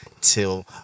till